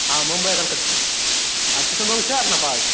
हँ मुम्बइ कलक आ किशनभोग छै अपना पास